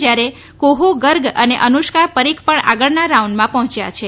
જ્યારે કૂઠુ ગર્ગ અને અનુષ્કા પરીખ પણ આગળનાં રાઉન્ડમાં પહોંચ્યા છે